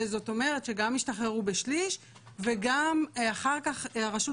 זאת אומרת שגם השתחררו בשליש וגם אחר כך הרשות